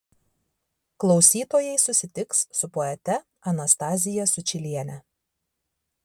klausytojai susitiks su poete anastazija sučyliene